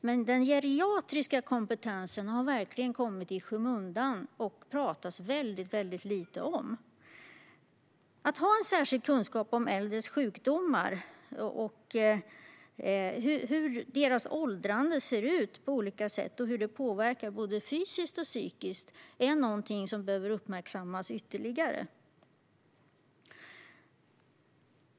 Men den geriatriska kompetensen har verkligen kommit i skymundan, och det talas väldigt lite om denna. Särskild kunskap om äldres sjukdomar och om hur deras åldrande ser ut på olika sätt samt om hur detta påverkar både fysiskt och psykiskt är någonting som behöver uppmärksammas ytterligare.